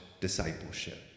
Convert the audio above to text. discipleship